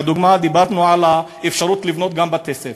לדוגמה, דיברנו על האפשרות לבנות בתי-ספר.